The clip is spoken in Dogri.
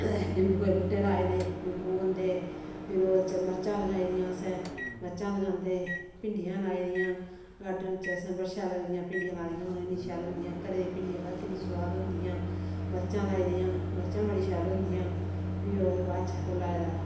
निम्बुएं दे बूहटे लाए दे निंबू होंदे फिर ओह्दे च मरचां लगाई दियां असें मरचां लगांदे भिंडियां लाई दियां गार्डन च असें बड़ी शैल लगदियां भिंडियां लाई दियां होन इन्नियां शैल होंदियां घरै दियां भिंडियां पता किन्नी सुआद होंदियां मरचां लाई दियां मरचां बड़ी शैल होंदियां फिर ओह्दे बाद च ओह् लाए दा